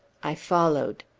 i followed.